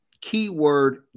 keyword